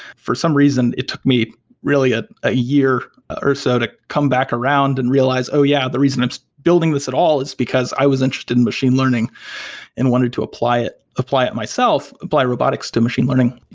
for some reason it took me really a ah year or so to come back around and realize, oh, yeah! the reason i'm building this at all is because i was interested in machine learning and i wanted to apply it apply it myself, apply robotics to machine learning.